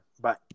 Bye